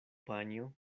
panjo